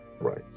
right